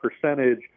percentage